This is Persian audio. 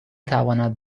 تواند